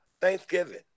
Thanksgiving